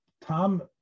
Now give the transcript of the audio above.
Tom